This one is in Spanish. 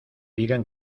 digan